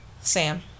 Sam